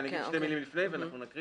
אגיד שתי מילים לפני כן ונקרא.